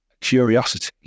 curiosity